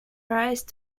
rise